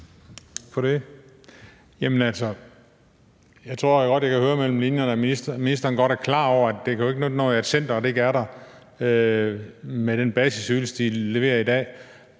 Jeg tror godt, at jeg kan høre mellem linjerne, at ministeren godt er klar over, at det ikke kan nytte noget, at centeret med den basisydelse, de leverer i dag,